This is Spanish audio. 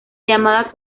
llamada